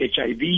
HIV